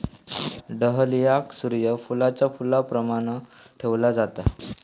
डहलियाक सूर्य फुलाच्या फुलाप्रमाण ठेवला जाता